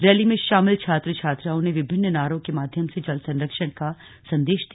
rally में शामिल छात्र छात्राओं ने विभिन्न नारों के माध्यम से जल संरक्षण का संदेश दिया